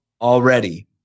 already